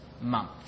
Month